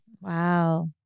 wow